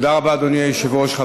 תודה רבה, אדוני היושב-ראש.